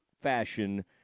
fashion